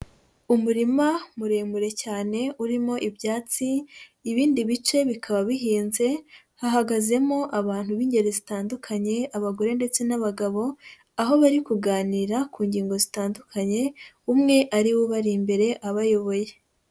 Umurima muremure cyane urimo ibyatsi, ibindi bice bikaba bihinze, hahagazemo abantu b'ingeri zitandukanye abagore ndetse n'abagabo, aho bari kuganira ku ngingo zitandukanye, umwe ariwe uba imbere abayoboye